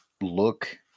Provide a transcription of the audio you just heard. look